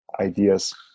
ideas